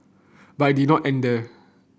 but it did not end there